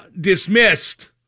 dismissed